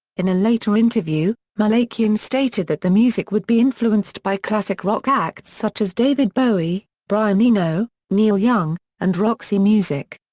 in a later interview, malakian stated that the music would be influenced by classic rock acts such as david bowie, brian eno, neil young, and roxy music.